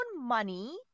money